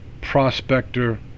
Prospector